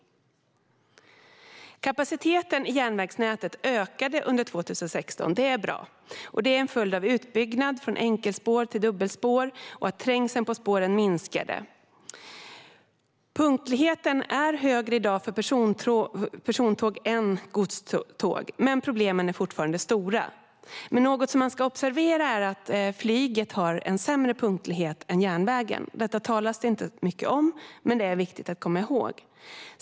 Kapaciteten i järnvägsnätet ökade under 2016. Detta är bra, och det är en följd av utbyggnad från enkelspår till dubbelspår och av att trängseln på spåren minskade. Punktligheten är i dag bättre för persontåg än för godståg, men problemen är fortfarande stora. Något som man ska observera är att flyget har sämre punktlighet än järnvägen. Detta talas det inte mycket om, men det är viktigt att komma ihåg.